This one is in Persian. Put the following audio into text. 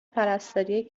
پرستاری